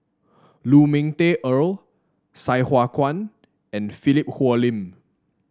Lu Ming Teh Earl Sai Hua Kuan and Philip Hoalim